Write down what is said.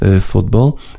football